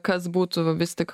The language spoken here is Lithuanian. kas būtų vis tik kad